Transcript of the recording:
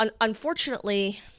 unfortunately